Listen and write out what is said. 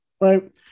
right